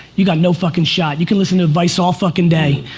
you got no fuckin' shot. you can listen to advice all fuckin' day,